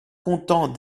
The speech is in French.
content